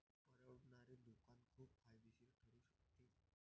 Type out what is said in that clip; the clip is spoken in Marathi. परवडणारे दुकान खूप फायदेशीर ठरू शकते